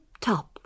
top